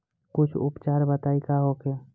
कुछ उपचार बताई का होखे?